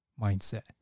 mindset